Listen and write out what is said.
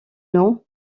non